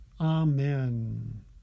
Amen